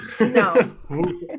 no